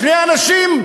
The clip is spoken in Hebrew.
שני אנשים,